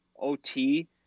OT